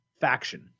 faction